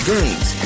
Games